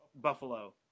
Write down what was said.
Buffalo